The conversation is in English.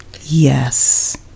Yes